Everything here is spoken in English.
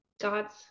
God's